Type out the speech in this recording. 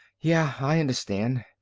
yeah, i understand.